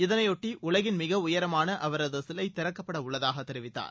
இதனையொட்டி உலகின் மிக உயரமான அவரது சிலை திறக்கப்பட உள்ளதாக தெரிவித்தார்